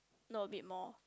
know a bit more